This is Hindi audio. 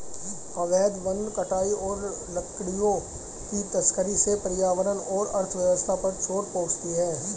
अवैध वन कटाई और लकड़ियों की तस्करी से पर्यावरण और अर्थव्यवस्था पर चोट पहुँचती है